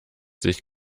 sich